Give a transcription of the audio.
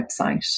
website